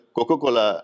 Coca-Cola